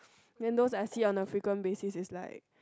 then those I see on the frequent basis is like